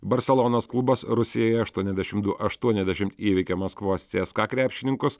barselonos klubas rusijoje aštuoniasdešimt du aštuoniasdešimt įveikė maskvos cska krepšininkus